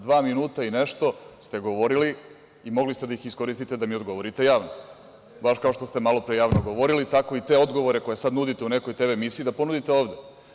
Dva minuta i nešto ste govorili i mogli ste da ih iskoristite da mi odgovorite javno, baš kao što ste malopre javno govorili, tako i te odgovore koje sada nudite u nekoj TV emisiji da ponudite ovde.